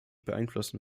beeinflussen